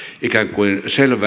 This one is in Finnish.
ikään kuin selvää